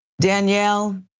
Danielle